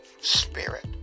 spirit